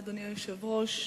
אדוני היושב-ראש,